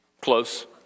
Close